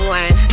one